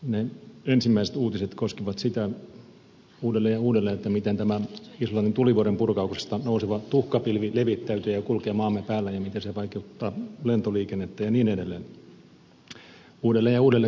ne ensimmäiset uutiset koskivat sitä uudelleen ja uudelleen miten tämä islannin tulivuorenpurkauksesta nouseva tuhkapilvi levittäytyy ja kulkee maamme päällä ja miten se vaikeuttaa lentoliikennettä ja niin edelleen